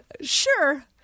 sure